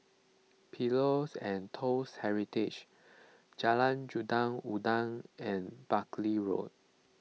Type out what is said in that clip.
Pillows and Toast Heritage Jalan Raja Udang and Buckley Road